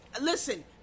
listen